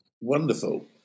Wonderful